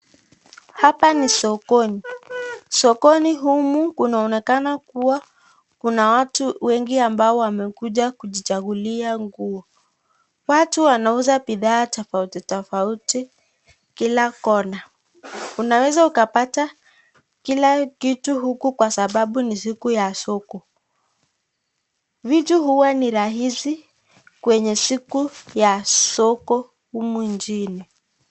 Hapa ni sokoni, sokoni humu kunaonekana kuna watu wengi ambao wamekuja kujichagulia nguo. Watu wanauza bidhaa tofauti tofauti kwa kila corner . Unaweza ukapata kila kitu huku kwa sababu ni siku ya soko. Vitu huwa ni rahisi kwenye siku ya soko humu nchini.